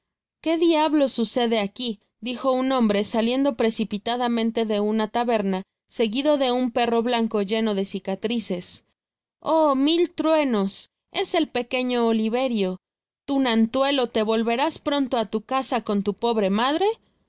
que diablos sucede aqúi dijo un hombre saliendo preci piladamente de una taberna seguido de un perro blanco lleno de cicatricesoh mil truenos es el pequeño oliverio tunantuelo te volverás prontoá tu casa con tu pobre madre